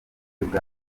bwa